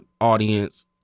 audience